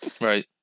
Right